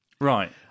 Right